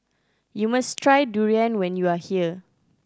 you must try durian when you are here